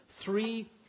three